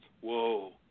whoa